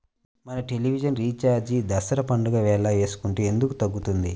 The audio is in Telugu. మన టెలివిజన్ రీఛార్జి దసరా పండగ వేళ వేసుకుంటే ఎందుకు తగ్గుతుంది?